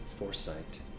Foresight